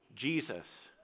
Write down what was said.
Jesus